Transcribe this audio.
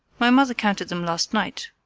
my mother counted them last night,